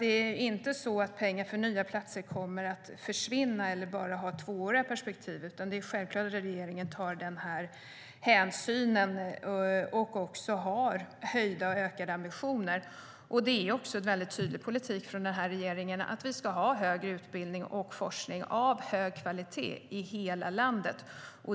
Det är inte så att pengar för nya platser kommer att försvinna eller bara ha tvååriga perspektiv, utan det är självklart att regeringen tar den hänsynen och också har höjda och ökade ambitioner. Det är också en tydlig politik från regeringen att vi ska ha högre utbildning och forskning av hög kvalitet i hela landet.